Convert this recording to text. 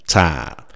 time